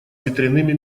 ветряными